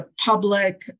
public